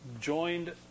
joined